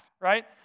right